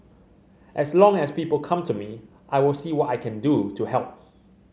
as long as people come to me I will see what I can do to help